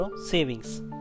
Savings